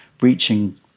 reaching